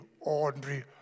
ordinary